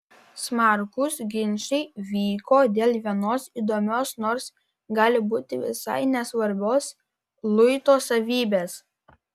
smarkūs ginčai vyko dėl vienos įdomios nors gali būti visai nesvarbios luito savybės